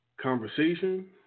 conversation